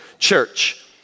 church